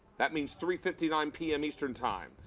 that means three fifty nine p m. eastern time.